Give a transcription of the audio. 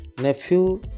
nephew